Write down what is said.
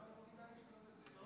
אבל באמת לא כדאי לשתות את זה,